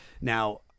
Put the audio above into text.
now